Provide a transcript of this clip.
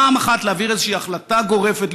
פעם אחת להעביר איזושהי החלטה גורפת,